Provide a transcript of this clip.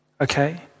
Okay